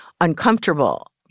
uncomfortable